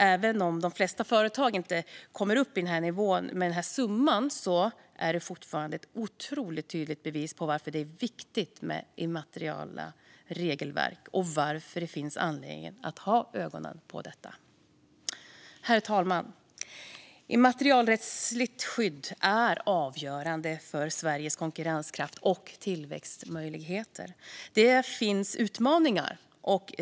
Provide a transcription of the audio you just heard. Även om de flesta företag inte kommer upp i sådana här summor är det ett otroligt tydligt bevis för att det är viktigt med immaterialrättsliga regelverk och att det finns anledning att ha ögonen på detta. Herr talman! Immaterialrättsligt skydd är avgörande för Sveriges konkurrenskraft och tillväxtmöjligheter. Det finns utmaningar.